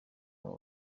abo